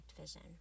vision